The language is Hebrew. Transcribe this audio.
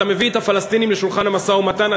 אתה מביא את הפלסטינים לשולחן המשא-ומתן.